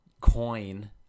coin